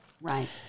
Right